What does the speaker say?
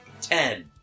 Ten